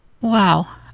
Wow